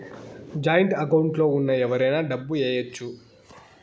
joint account లో ఉన్న ఎవరైనా డబ్బు ఏయచ్చు